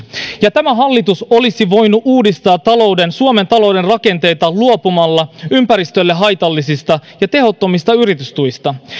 ja tämä hallitus olisi voinut uudistaa suomen talouden rakenteita luopumalla ympäristölle haitallisista ja tehottomista yritystuista